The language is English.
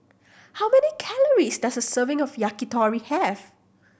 how many calories does a serving of Yakitori have